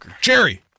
Jerry